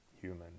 human